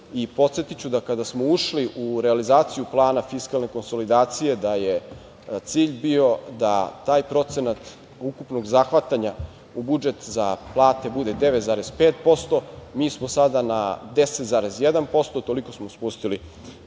Podsetiću da kada smo ušli u realizaciju plana fiskalne konsolidacije, da je cilj bio da taj procenat ukupnog zahvatanja u budžet za plate bude 9,5%, mi smo sada na 10,1%. Toliko smo spustili